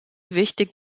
wichtig